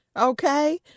Okay